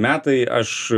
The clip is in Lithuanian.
metai aš